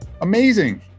Amazing